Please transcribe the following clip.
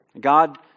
God